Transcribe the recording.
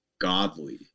godly